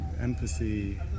empathy